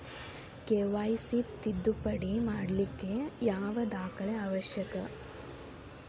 KYC ತಿದ್ದುಪಡಿ ಮಾಡ್ಲಿಕ್ಕೆ ಯಾವ ದಾಖಲೆ ಅವಶ್ಯಕ?